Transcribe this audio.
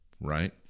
right